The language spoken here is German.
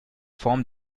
form